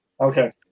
Okay